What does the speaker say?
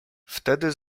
wtedy